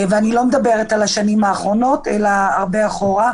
אני לא מדברת על השנים האחרונות, אלא הרבה אחורה.